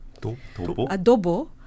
adobo